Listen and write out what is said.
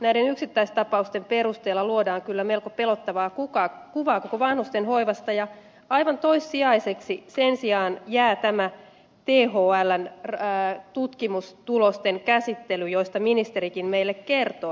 näiden yksittäistapausten perusteella luodaan kyllä melko pelottavaa kuvaa koko vanhustenhoivasta ja aivan toissijaiseksi sen sijaan jää tämä thln tutkimustulosten käsittely josta ministerikin meille kertoi